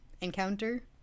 encounter